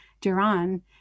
Duran